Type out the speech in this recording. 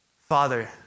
Father